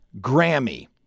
grammy